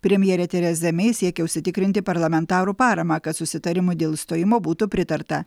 premjerė tereza mei siekia užsitikrinti parlamentarų paramą kad susitarimui dėl išstojimo būtų pritarta